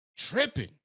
Tripping